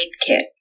kit